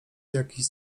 jakiś